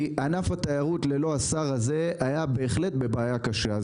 כי ענף התיירות ללא השר הזה היה בהחלט בבעיה קשה.